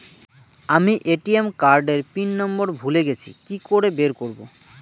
আমি ATM card এর pin number ভুলে গেছি কি করে বের করব?